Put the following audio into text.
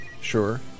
Sure